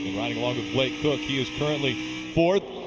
riding along with blake koch is currently fourth.